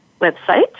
website